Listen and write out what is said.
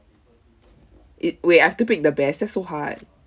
it wait I have to pick the best that's so hard